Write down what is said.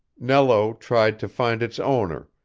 nello tried to find its owner,